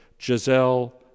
Giselle